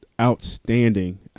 outstanding